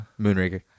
Moonraker